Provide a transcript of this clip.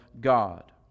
God